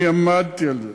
אני עמדתי על זה